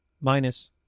minus